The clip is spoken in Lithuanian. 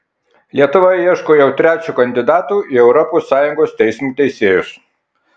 lietuva ieško jau trečio kandidato į europos sąjungos teismo teisėjus